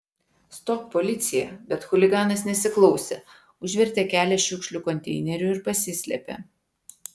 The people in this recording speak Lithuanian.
stok policija bet chuliganas nesiklausė užvertė kelią šiukšlių konteineriu ir pasislėpė